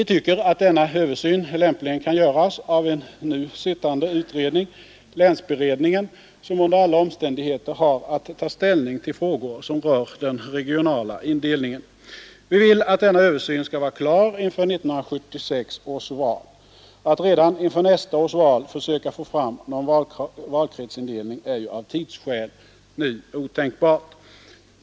Vi tycker att denna översyn lämpligen kan göras av en nu sittande utredning, länsberedningen, som under alla omständigheter har att ta ställning till frågor som rör den regionala indelningen. Vi vill att denna översyn skall vara klar inför 1976 års val. Att redan inför nästa års val försöka få fram äl otänkbart.